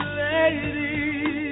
lady